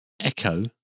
Echo